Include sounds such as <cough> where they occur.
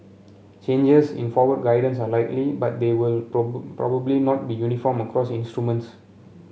changes in forward guidance are likely but they will <unintelligible> probably not be uniform across instruments